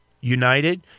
United